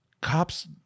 Cops